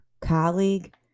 colleague